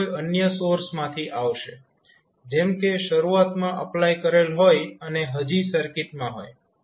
તે કોઈ અન્ય સોર્સમાંથી આવશે જેમ કે શરૂઆતમાં એપ્લાય કરેલ હોય અને હજી સર્કિટમાં હોય